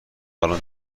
الان